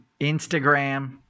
Instagram